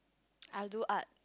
I do art